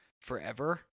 forever